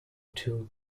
two